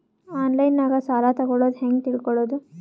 ಆನ್ಲೈನಾಗ ಸಾಲ ತಗೊಳ್ಳೋದು ಹ್ಯಾಂಗ್ ತಿಳಕೊಳ್ಳುವುದು?